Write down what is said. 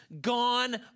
gone